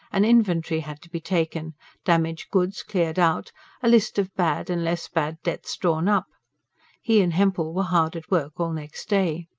an inventory had to be taken damaged goods cleared out a list of bad and less bad debts drawn up he and hempel were hard at work all next day.